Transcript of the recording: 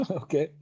okay